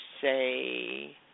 say